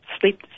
sleep